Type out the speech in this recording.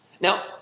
Now